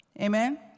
Amen